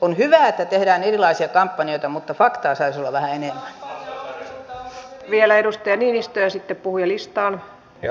on hyvä että tehdään erilaisia kampanjoita mutta faktaa saisi olla vähän enemmän